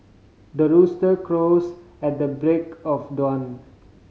the rooster crows at the break of dawn